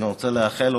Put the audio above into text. אני רוצה לאחל לו,